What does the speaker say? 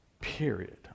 Period